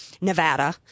Nevada